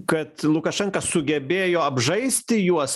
kad lukašenka sugebėjo apžaisti juos